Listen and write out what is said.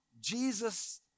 Jesus